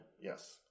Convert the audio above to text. Yes